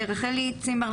צימבר,